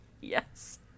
Yes